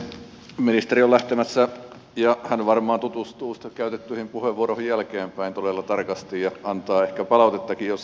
ministeri on lähtemässä ja hän varmaan tutustuu käytettyihin puheenvuoroihin jälkeenpäin todella tarkasti ja antaa ehkä palautettakin jossakin vaiheessa